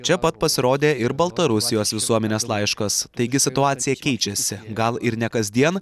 čia pat pasirodė ir baltarusijos visuomenės laiškas taigi situacija keičiasi gal ir ne kasdien